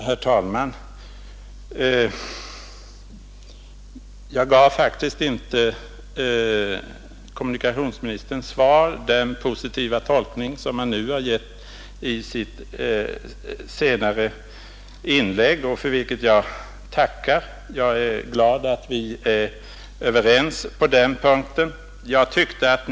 Herr talman! Jag gav faktiskt inte kommunikationsministerns svar den positiva tolkning som han själv har givit det i sitt senare inlägg, för vilket jag tackar. Jag är glad över att vi sålunda är överens.